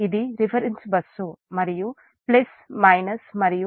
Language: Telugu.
ఇది రిఫరెన్స్ బస్సు మరియు ఇది మరియు ఇది j 0